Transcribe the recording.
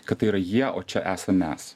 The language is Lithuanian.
kad tai yra jie o čia esam mes